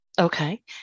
Okay